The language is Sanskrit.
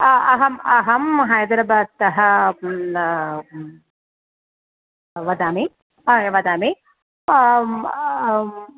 अहं अहं हैदराबादतः वदामि वदामि